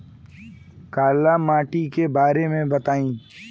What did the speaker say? काला माटी के बारे में बताई?